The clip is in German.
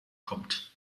kommt